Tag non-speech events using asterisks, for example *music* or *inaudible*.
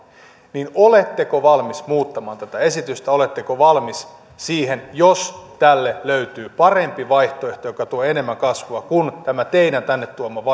oletteko valmis muuttamaan tätä esitystä oletteko valmis siihen jos tälle löytyy parempi vaihtoehto joka tuo enemmän kasvua kuin tämä teidän tänne tuomanne *unintelligible*